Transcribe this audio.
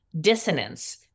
dissonance